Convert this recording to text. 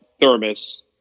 thermos